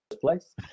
place